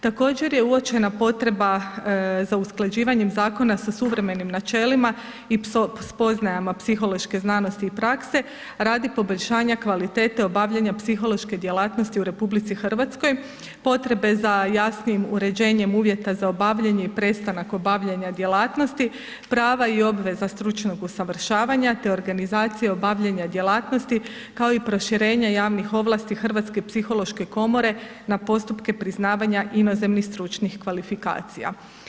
Također je uočena potreba za usklađivanjem zakona sa suvremenim načelima i spoznajama psihološke znanosti i prakse radi poboljšanja kvalitete obavljanja psihološke djelatnosti u RH, potrebe za jasnijim uređenjem uvjeta za obavljanje i prestanak obavljanja djelatnosti, prava i obveza stručnog usavršavanja te organizacije obavljanja djelatnosti kao i proširenje javnih ovlasti Hrvatske psihološke komore na postupke priznavanja inozemnih stručnih kvalifikacija.